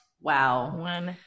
wow